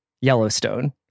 Yellowstone